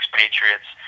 patriots